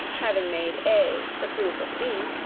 having made a the proof of b,